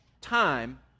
time